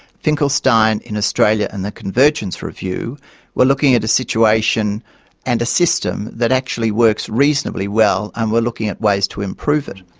finkelstein in australia and the convergence review were looking at a situation and a system that actually works reasonably well, and were looking at ways to improve it.